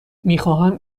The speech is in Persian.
میخواهم